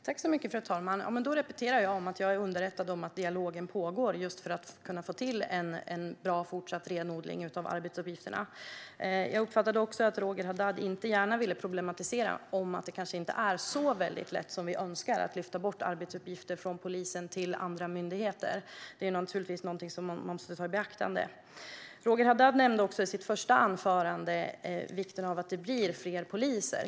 Fru talman! Då repeterar jag att jag är underrättad om att dialogen pågår, just för att få till en bra renodling av arbetsuppgifterna i fortsättningen. Jag uppfattade också att Roger Haddad inte gärna ville problematisera att det kanske inte är så lätt som vi önskar att lyfta bort arbetsuppgifter från polisen till andra myndigheter. Det är naturligtvis något vi måste ta i beaktande. Roger Haddad nämnde också i sitt första anförande vikten av att det blir fler poliser.